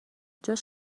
جاش